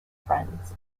friends